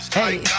Hey